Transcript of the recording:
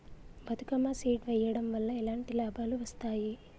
Bathukamma seed వెయ్యడం వల్ల ఎలాంటి లాభాలు వస్తాయి?